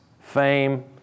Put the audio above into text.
fame